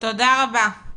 תודה רבה.